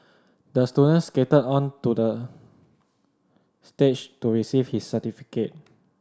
the student skated onto the stage to receive his certificate